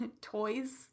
toys